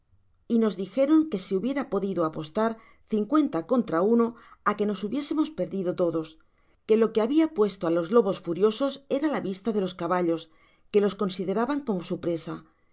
y nos dijeron que se hubiera podido apostar cincuenta contra uno á que nos hubiésemos perdido todos que lo que habia puesto á los lobos mas furiosos era la vista de los caballos que los consideraban como su presa